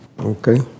okay